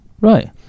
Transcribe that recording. Right